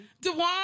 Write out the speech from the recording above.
Dewan